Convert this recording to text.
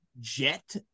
jet